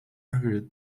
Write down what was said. agreed